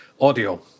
audio